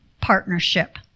partnership